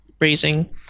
raising